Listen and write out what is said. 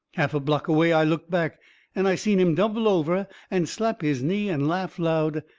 half a block away i looked back and i seen him double over and slap his knee and laugh loud,